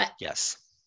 yes